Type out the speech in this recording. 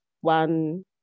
one